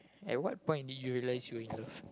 at what point did you realise you were in love